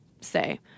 say